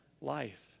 life